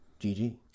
GG